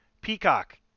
Peacock